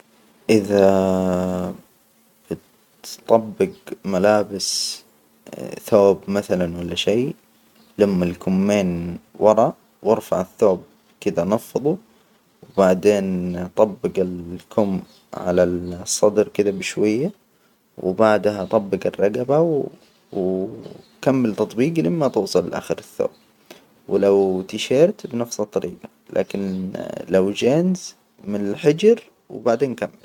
إذا بتطبج ملابس، ثوب مثلا ولا شي، لم الكمين ورا وأرفع الثوب كده نفظه، وبعدين طبج الكم على الصدر كده بشوية، وبعدها طبج الرجبة وكمل تطبيج لين ما توصل لآخر الثوب، ولو تيشيرت بنفس الطريجة، لكن لو جينز، من الحجر وبعدين كمل.